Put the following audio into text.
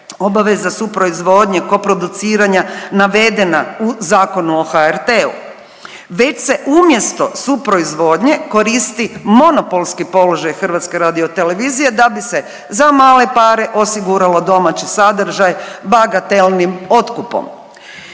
obaveza su proizvodnje, kooproduciranja navedena u Zakonu o HRT-u već se umjesto suproizvodnje koristi monopolski položaj Hrvatske radiotelevizije da bi se za male pare osiguralo domaći sadržaj bagatelnim otkupom.